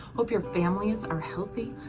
hope your families are healthy.